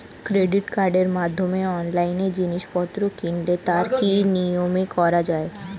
Credit কার্ডের মাধ্যমে অনলাইনে জিনিসপত্র কিনলে তার কি নিয়মে করা যায়?